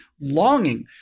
longing